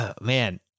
man